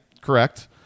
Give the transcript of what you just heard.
correct